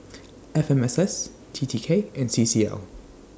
F M S S T T K and C C L